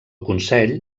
consell